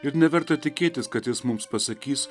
ir neverta tikėtis kad jis mums pasakys